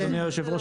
אדוני היושב-ראש,